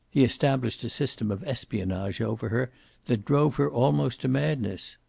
he established a system of espionage over her that drove her almost to madness.